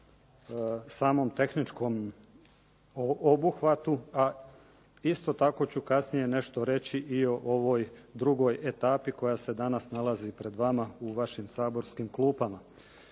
samom tehničkom obuhvatu a isto tako ću kasnije nešto reći i o ovoj drugoj etapi koja se danas nalazi pred vama u vašim saborskim klupama.